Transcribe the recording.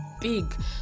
big